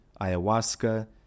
ayahuasca